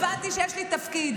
זה פתוח בפניהן.